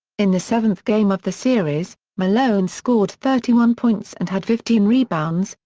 in the seventh game of the series, malone scored thirty one points and had fifteen rebounds,